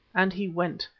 and he went,